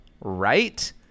right